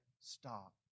stop